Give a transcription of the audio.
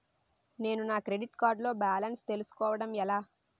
నేను నా credit card లో బాలన్స్ తెలుసుకోవడం ఎలా?